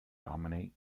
dominate